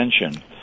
attention